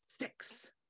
six